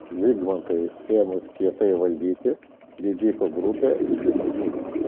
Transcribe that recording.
zigmantui ėmus kietai valdyti didikų grupė jį nužudo